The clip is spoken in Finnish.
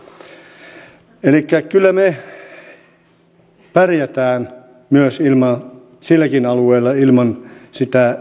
elikkä kyllä me pärjäämme silläkin alueella ilman sitä euroa